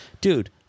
Dude